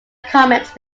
comics